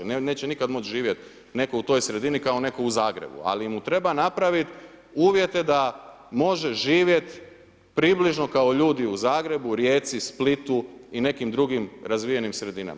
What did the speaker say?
Neće nikada moći živjeti netko u toj sredini, kao i netko u Zagrebu, ali mu treba napraviti uvjete da može živjeti približno kao ljudi u Zagrebu, Rijeci, Splitu i nekim drugim razvijenijem sredina.